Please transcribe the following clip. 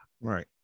Right